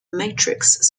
matrix